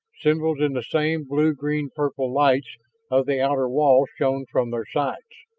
symbols in the same blue-green-purple lights of the outer wall shone from their sides.